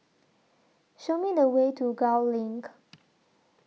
Show Me The Way to Gul LINK